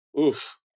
oof